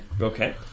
okay